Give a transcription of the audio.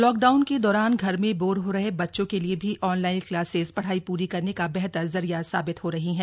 lockdown के दौरान घर में बोर हो रहे बच्चों के लिए भी ऑनलाइन क्लासेज़ पढ़ाई पूरी करन का बेहतर जरिया साबित हो रहा है